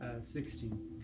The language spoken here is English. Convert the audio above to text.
sixteen